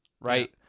right